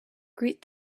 greet